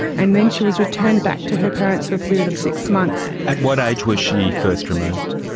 and then she was returned back to her parents for a period of six months. at what age was she first removed?